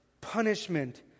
punishment